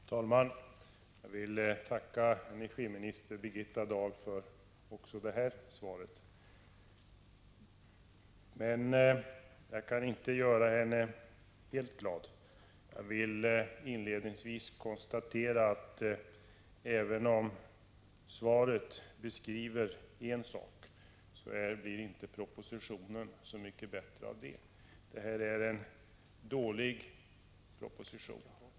Herr talman! Jag vill tacka energiminister Birgitta Dahl för också det här svaret. Men jag kan inte göra henne helt glad. Inledningsvis vill jag konstatera att även om svaret beskriver en sak, så blir inte propositionen så mycket bättre av det. Det här är en dålig proposition.